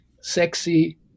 sexy